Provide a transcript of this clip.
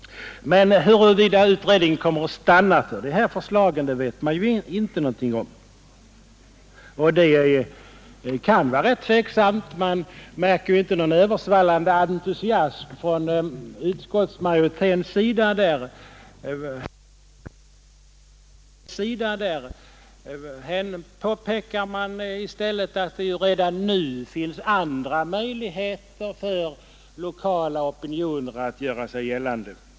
Men huruvida utredningen kommer att stanna för de här förslagen vet man ju inte något om. Det kan vara rätt tveksamt. Man märker inte någon översvallande entusiasm från utskottsmajoriteten, som i stället påpekar att det nu redan finns andra möjligheter för lokala opinioner att göra sig gällande.